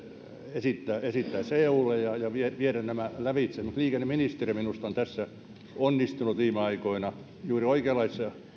esittää esittää se eulle ja viedä se lävitse liikenneministeriö minusta on onnistunut tässä viime aikoina juuri oikeanlaisessa